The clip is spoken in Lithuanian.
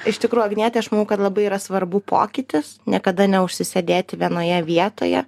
iš tikrųjų agnietei aš manau kad labai yra svarbu pokytis niekada neužsisėdėti vienoje vietoje